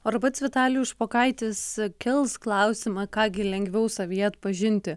ar pats vitalijus špokaitis kels klausimą ką gi lengviau savyje atpažinti